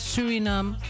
Suriname